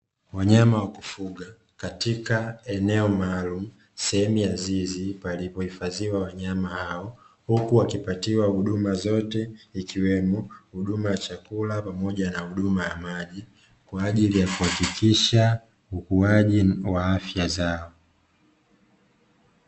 Wanyama wa kufuga katika eneo maalumu sehemu ya zizi palipo hifadhiwa wanyama hao huku wakipatiwa huduma zote ikiwemo huduma ya chakula pamoja na huduma ya maji kwa ajili ya kuhakikisha ukuaji wa afya zao.